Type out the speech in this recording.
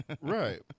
Right